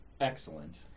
Excellent